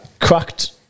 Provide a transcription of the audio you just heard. cracked